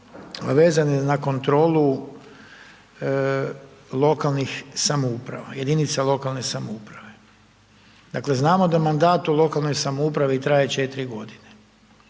vezano na kontrolu lokalnih samouprava, jedinice lokalne samouprave. Dakle, znamo da mandat u lokalnoj samoupravi traje 4 g.